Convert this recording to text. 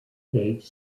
page